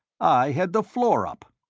i had the floor up.